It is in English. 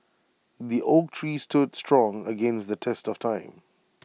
the oak tree stood strong against the test of time